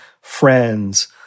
friends